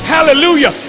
Hallelujah